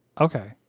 okay